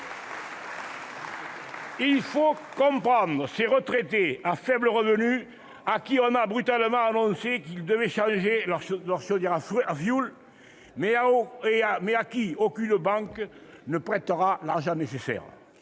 Il faut comprendre ces retraités à faibles revenus à qui l'on a brutalement annoncé qu'ils devraient changer leur chaudière à fioul, mais à qui aucune banque ne prêtera l'argent nécessaire.